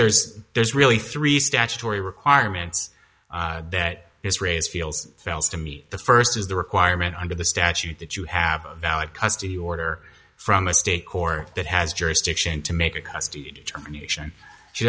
there's there's really three statutory requirements that this raise feels fails to me the first is the requirement under the statute that you have a valid custody order from a state court that has jurisdiction to make a custody determination she